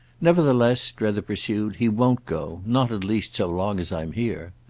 nevertheless, strether pursued, he won't go. not, at least, so long as i'm here.